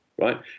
right